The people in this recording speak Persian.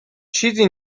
چیزی